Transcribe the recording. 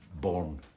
Born